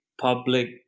public